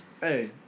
hey